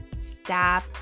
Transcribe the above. stop